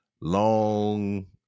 long